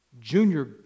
Junior